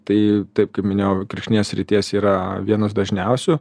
tai taip kaip minėjau kirkšnies srities yra vienos dažniausių